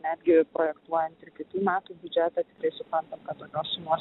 netgi projektuojant ir kitų metų biudžetą tikrai suprantam kad tokios sumos